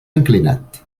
inclinat